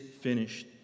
finished